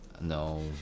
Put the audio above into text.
No